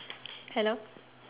hello